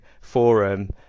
forum